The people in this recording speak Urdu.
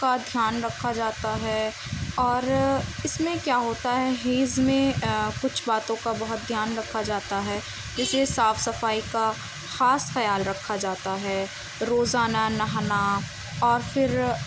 کا دھیان رکھا جاتا ہے اور اس میں کیا ہوتا ہے حیض میں کچھ باتوں کا بہت دھیان رکھا جاتا ہے جیسے صاف صفائی کا خاص خیال رکھا جاتا ہے روزانہ نہانا اور پھر